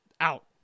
out